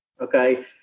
Okay